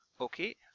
okay